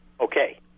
Okay